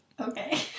Okay